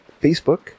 facebook